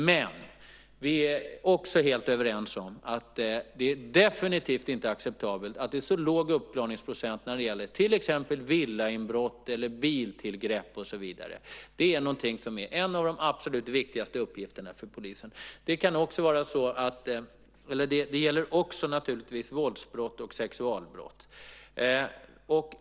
Men vi är också helt överens om att det definitivt inte är acceptabelt att det är så låg uppklaringsprocent när det gäller till exempel villainbrott, biltillgrepp och så vidare. Det är en av de absolut viktigaste uppgifterna för polisen. Det gäller naturligtvis också våldsbrott och sexualbrott.